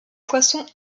poissons